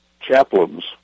chaplains